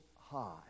high